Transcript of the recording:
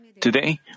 Today